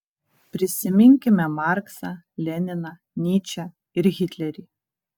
prisiminkime marksą leniną nyčę ir hitlerį